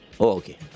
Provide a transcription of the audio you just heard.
okay